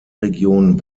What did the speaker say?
region